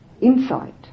insight